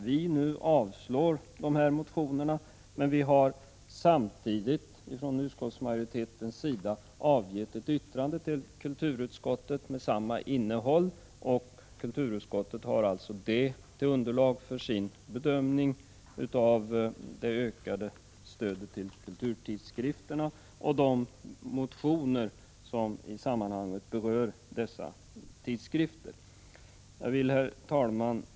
Vi avstyrker motionerna, men vi har från utskottsmajoritetens sida samtidigt avgivit ett yttrande till kulturutskottet med samma innhåll, och kulturutskottet har det till underlag för sin bedömning av förslaget om ökat stöd till kulturtidskrifterna och de motioner som berör stödet till dessa tidskrifter. Herr talman!